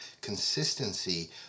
Consistency